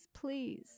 please